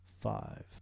Five